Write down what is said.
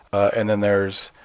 and then there's